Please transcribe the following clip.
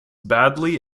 badly